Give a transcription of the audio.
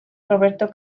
roberto